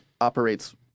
operates